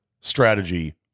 strategy